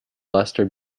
lester